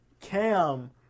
Cam